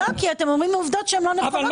אתם אומרים עובדות לא נכונות.